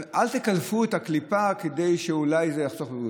אל תקלפו את הקליפה, כי אולי זה יחסוך בבריאות.